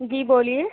جی بولیے